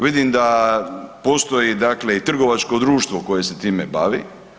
Vidim da postoji dakle i trgovačko društvo koje se time bavi.